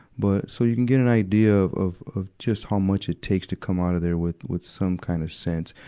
but, so you can get an idea of, of of just how much it takes to come out of there with, with some kind of sense.